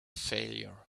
failure